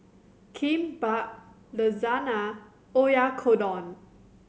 Kimbap Lasagna Oyakodon